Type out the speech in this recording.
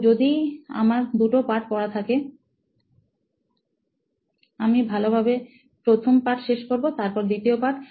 তো যদি আমার দুটো পাঠ পড়ার থাকে তাহলে আমি ভালোভাবে প্রথম পাঠ শেষ করবো তারপর দ্বিতীয় পাঠ